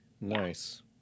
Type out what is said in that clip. Nice